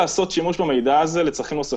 לאזן אותה מול התכלית הראויה ביותר של מאבק